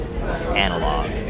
analog